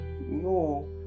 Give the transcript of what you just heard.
no